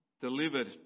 delivered